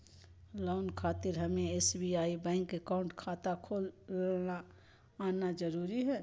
Loan खातिर हमें SBI bank account खाता खोल आना जरूरी है?